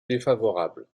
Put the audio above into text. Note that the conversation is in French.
défavorable